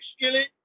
skillet